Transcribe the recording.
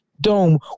dome